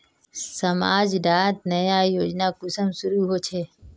समाज डात नया योजना कुंसम शुरू होछै?